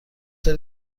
داری